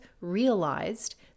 realized